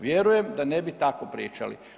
Vjerujem da ne bi tako pričali.